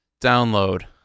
download